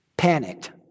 Panicked